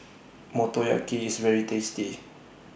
Motoyaki IS very tasty